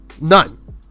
None